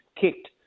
kicked